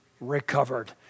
recovered